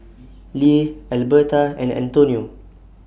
Leah Elberta and Antonio